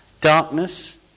Darkness